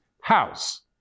house